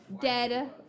dead